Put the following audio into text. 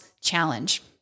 challenge